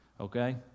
okay